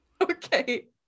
Okay